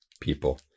people